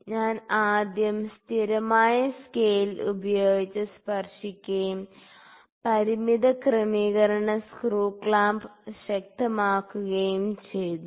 ഞാൻ ആദ്യം സ്ഥിരമായ സ്കെയിൽ ഉപയോഗിച്ച് സ്പർശിക്കുകയും പരിമിത ക്രമീകരണ സ്ക്രൂ ക്ലാമ്പ് ശക്തമാക്കുകയും ചെയ്യും